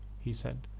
he said,